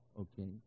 okay